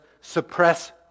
suppress